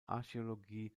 archäologie